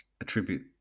attribute